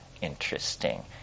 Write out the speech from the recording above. interesting